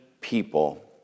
people